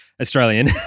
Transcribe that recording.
Australian